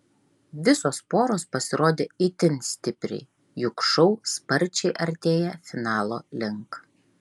visos poros pasirodė itin stipriai juk šou sparčiai artėja finalo link